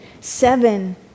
seven